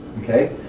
Okay